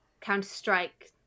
Counter-Strike